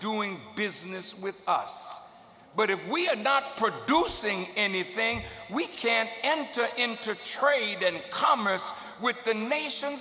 doing business with us but if we are not producing anything we can enter into trade and commerce with the nation